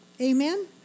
Amen